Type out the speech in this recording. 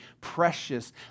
precious